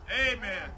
Amen